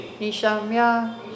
Nishamya